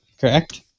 correct